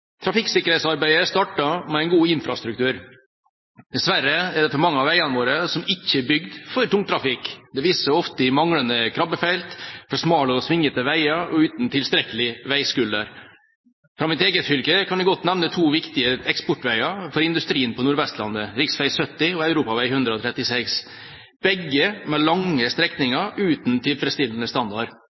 veiene våre ikke bygd for tungtrafikk. Det vises ofte i manglende krabbefelt, for smale og svingete veier og for utilstrekkelige veiskuldrer. Fra mitt eget fylke kan jeg nevne to viktige eksportveier for industrien på Nordvestlandet, rv. 70 og E136, begge med lange strekninger uten tilfredsstillende standard,